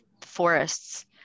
forests